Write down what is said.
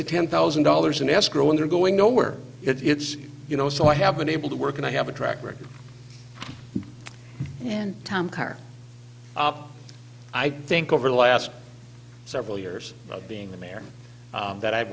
to ten thousand dollars in escrow when they're going nowhere it's you know so i have been able to work and i have a track record and tom carr i think over the last several years of being there that i've